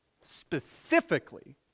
specifically